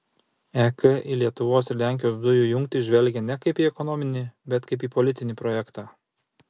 ek į lietuvos ir lenkijos dujų jungtį žvelgia ne kaip į ekonominį bet kaip į politinį projektą